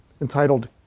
entitled